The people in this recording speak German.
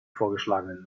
vorgeschlagenen